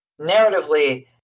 narratively